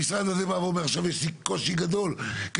המשרד הזה בא ואומר שיש קושי גדול כי